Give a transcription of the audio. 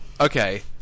Okay